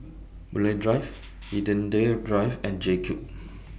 Boon Lay Drive Hindhede Drive and JCube